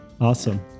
Awesome